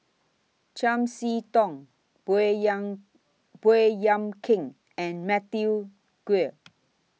Chiam See Tong Baey Yam Baey Yam Keng and Matthew Ngui